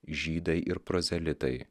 žydai ir prozelitai